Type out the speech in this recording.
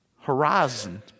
horizon